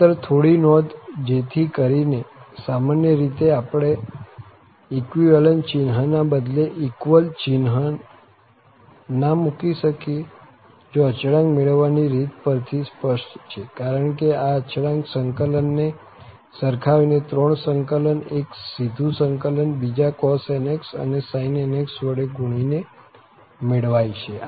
માત્ર થોડી નોંધ જેથી કરી ને સામાન્ય રીતે આપણે ચિહ્ન ના બદલે ચીહ્ન ના મૂકી શકીએ જે અચળાંક મેળવવાની રીત પર થી સ્પષ્ટ છે કારણ કે આ અચળાંક સંકલનને સરખાવી ને ત્રણ સંકલન એક સીધું સંકલન બીજા cos nx અને sin nx વડે ગુણી ને મેળવાય છે